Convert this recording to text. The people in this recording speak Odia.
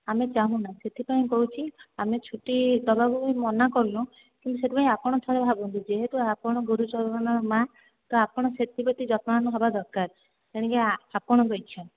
ଆମେ ଚାହୁଁନୁ ସେଥିପାଇଁ କହୁଛି ଆମେ ଛୁଟି ଦେବାକୁ ମନା କରୁନୁ କିନ୍ତୁ ସେଥିପାଇଁ ଆପଣ ଥରେ ଭାବନ୍ତୁ ଯେହେତୁ ଆପଣ ଗୁରୁ ଚରଣର ମା ତ ଆପଣ ସେଥି ପ୍ରତି ଯତ୍ନବାନ ହେବା ଦରକାର ତେଣିକି ଆପଣଙ୍କ ଇଚ୍ଛ